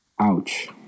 Ouch